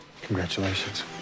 Congratulations